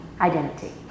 identity